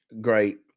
great